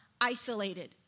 isolated